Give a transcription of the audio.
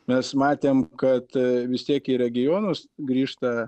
mes matėm kad vis tiek į regionus grįžta